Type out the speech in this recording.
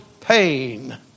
pain